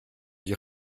dit